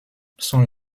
son